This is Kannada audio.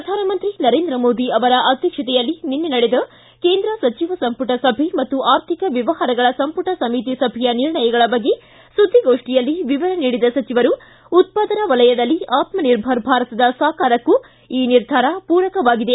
ಪ್ರಧಾನಮಂತ್ರಿ ನರೇಂದ್ರ ಮೋದಿ ಅವರ ಅಧ್ಯಕ್ಷತೆಯಲ್ಲಿ ನಿನ್ನೆ ನಡೆದ ಕೇಂದ್ರ ಸಚಿವ ಸಂಪುಟ ಸಭೆ ಮತ್ತು ಆರ್ಥಿಕ ವ್ಯವಹಾರಗಳ ಸಂಪುಟ ಸಮಿತಿ ಸಭೆಯ ನಿರ್ಣಯಗಳ ಬಗ್ಗೆ ಸುದ್ದಿಗೋಷ್ಠಿಯಲ್ಲಿ ವಿವರ ನೀಡಿದ ಅವರು ಉತ್ಪಾದನಾ ವಲಯದಲ್ಲಿ ಆತ್ಸಿರ್ಭರ ಭಾರತದ ಸಾಕಾರಕ್ಕೂ ಈ ನಿರ್ಧಾರ ಪೂರಕವಾಗಿದೆ